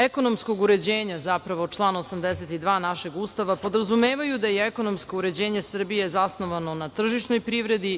ekonomskog uređenja, zapravo, član 82. našeg Ustava, podrazumevaju da je ekonomsko uređenje Srbije zasnovano na tržišnoj privredi,